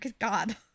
God